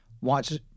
watch